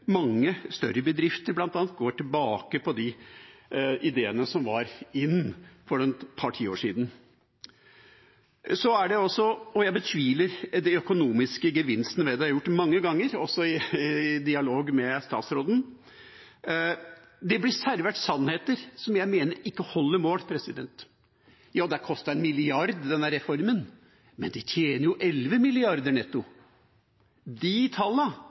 mange større bedrifter tilbake på de ideene som var in for et par tiår siden. Jeg betviler de økonomiske gevinstene ved det. Det har jeg gjort mange ganger, også i dialog med statsråden. Det blir servert sannheter jeg mener ikke holder mål. Ja, denne reformen har kostet en milliard, men de tjener jo 11 mrd. kr netto! De